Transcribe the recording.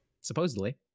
supposedly